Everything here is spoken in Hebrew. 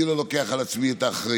אני לא לוקח על עצמי את האחריות.